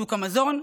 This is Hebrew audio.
שוק המזון,